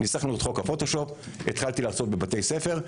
ניסחנו את חוק הפוטושופ, והתחלתי להרצות בבתי ספר.